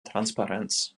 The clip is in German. transparenz